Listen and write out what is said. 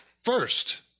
first